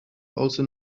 also